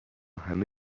همه